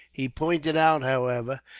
he pointed out, however,